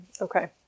Okay